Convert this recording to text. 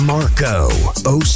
Marco